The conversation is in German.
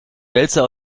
wälzer